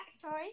sorry